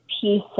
piece